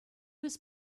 was